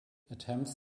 attempts